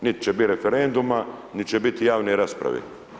Niti će biti referenduma, niti će biti javne rasprave.